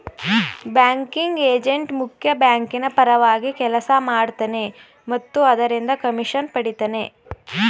banking agent ಮುಖ್ಯ ಬ್ಯಾಂಕಿನ ಪರವಾಗಿ ಕೆಲಸ ಮಾಡ್ತನೆ ಮತ್ತು ಅದರಿಂದ ಕಮಿಷನ್ ಪಡಿತನೆ